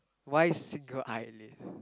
why single eyelid